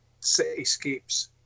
cityscapes